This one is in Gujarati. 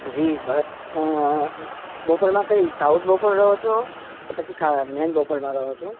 જી બસ બોપલમાં કઈ સાઉથ બોપલમાં રહો છો કે પછી મેન બોપલમાં રહો છો